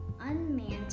unmanned